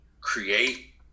create